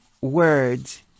words